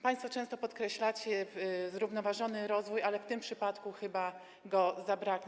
Państwo często podkreślacie zrównoważony rozwój, ale w tym przypadku chyba go zabraknie.